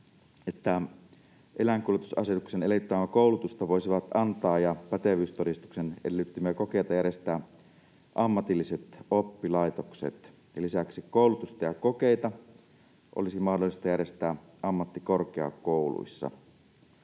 että eläinkuljetusasetuksen edellyttämää koulutusta voisivat antaa ja pätevyystodistuksen edellyttämiä kokeita järjestää ammatilliset oppilaitokset ja lisäksi että koulutusta ja kokeita olisi mahdollista järjestää ammattikorkeakouluissa.